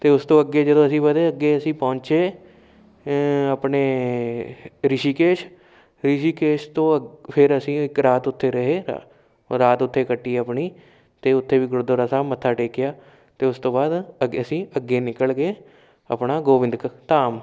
ਅਤੇ ਉਸ ਤੋਂ ਅੱਗੇ ਜਦੋਂ ਅਸੀਂ ਵਧੇ ਅੱਗੇ ਅਸੀਂ ਪਹੁੰਚੇ ਆਪਣੇ ਰਿਸ਼ੀਕੇਸ਼ ਰਿਸ਼ੀਕੇਸ਼ ਤੋਂ ਅੱ ਫਿਰ ਅਸੀਂ ਇੱਕ ਰਾਤ ਉੱਥੇ ਰਹੇ ਰਾਤ ਉੱਥੇ ਕੱਟੀ ਆਪਣੀ ਅਤੇ ਉੱਥੇ ਵੀ ਗੁਰਦੁਆਰਾ ਸਾਹਿਬ ਮੱਥਾ ਟੇਕਿਆ ਅਤੇ ਉਸ ਤੋਂ ਬਾਅਦ ਅੱਗੇ ਅਸੀਂ ਅੱਗੇ ਨਿਕਲ ਗਏ ਆਪਣਾ ਗੋਬਿੰਦ ਘ ਧਾਮ